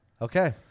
Okay